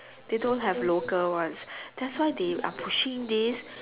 they don't have local ones that's why they are pushing these